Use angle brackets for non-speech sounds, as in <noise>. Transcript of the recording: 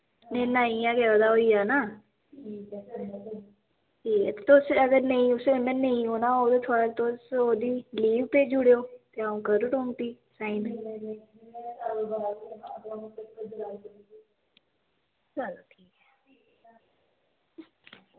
<unintelligible> इ'यां गै ओह्दा होई जाना ठीक ऐ तुस अगर नेईं उस कन्नै नेईं औना होग ते थोआ तुस ओह्दी लीव भेजी ओड़ेओ ते अ'ऊं करी ओड़ङ फ्ही साइन <unintelligible> चलो ठीक ऐ